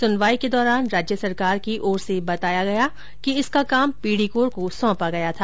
सुनवाई के दौरान राज्य सरकार की ओर से बताया गया कि इसका काम पीडीकोर को सौंपा गया था